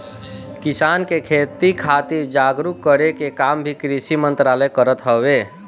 किसान के खेती खातिर जागरूक करे के काम भी कृषि मंत्रालय करत हवे